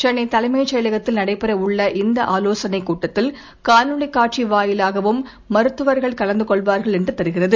சென்னை தலைமைச் செயலகத்தில் நடைபெறவுள்ள இந்த ஆவோசனைக் கூட்டத்தில் காணொலி காட்சி வாயிலாகவும் மருத்துவர்கள் கலந்து கொள்வார்கள் என்று தெரிகிறது